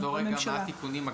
תחזרי על התיקונים.